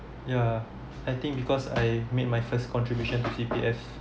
ya I think because I made my first contribution to C_P_F